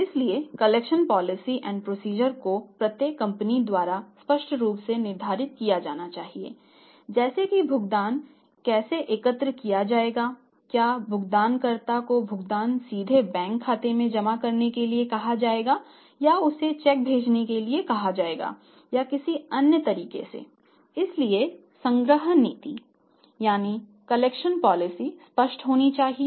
इसलिए collection policy and procedure स्पष्ट होनी चाहिए